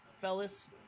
fellas